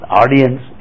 audience